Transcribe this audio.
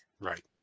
Right